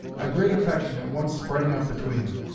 a great affection at once sprang up between them.